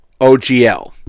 ogl